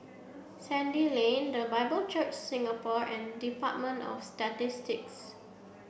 Sandy Lane The Bible Church Singapore and Department of Statistics